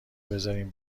بذارین